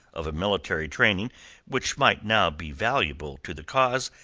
of a military training which might now be valuable to the cause,